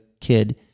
kid